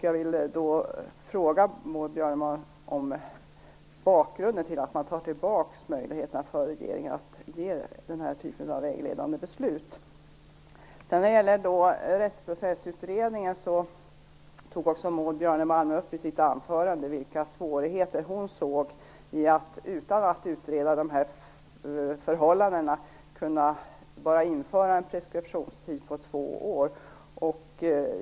Jag vill då fråga Maud Björnemalm om bakgrunden till att möjligheten för regeringen att ge denna typ av vägledning nu dras tillbaka. Björnemalm upp i sitt anförande de svårigheter som hon såg när det gäller att införa en preskriptionstid på två år.